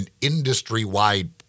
industry-wide